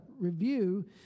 review